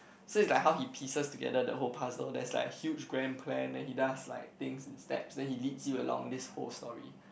so it's like how he pieces together the whole parts loh there's like huge grand plan then he does like things in step then he lead you along this whole story